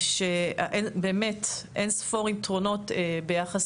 באמת, אין ספור יתרונות ביחס